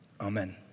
amen